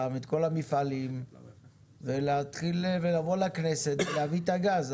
את כל המפעלים ולהתחיל ולבוא לכנסת ולהביא את הגז.